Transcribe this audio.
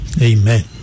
Amen